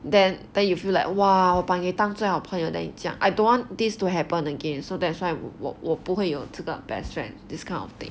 then then you feel like !wah! 我把你当做好朋友 then 你这样 I don't want this to happen again so that's why 我我不会有这个 best friend this kind of thing